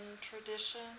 tradition